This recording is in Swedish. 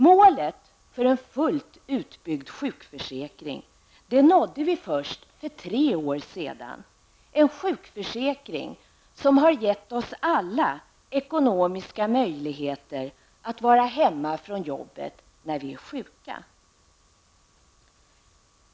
Målet för en fullt utbyggd sjukförsäkring nådde vi först för tre år sedan, en sjukförsäkring som gett oss alla ekonomiska möjligheter att vara hemma från jobbet när vi är sjuka.